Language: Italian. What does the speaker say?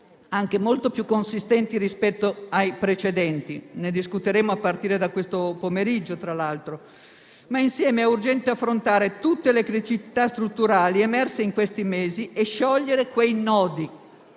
anche molto più consistenti rispetto ai precedenti (ne discuteremo a partire da questo pomeriggio); ma allo stesso tempo è urgente affrontare tutte le criticità strutturali emerse in questi mesi e sciogliere quei nodi,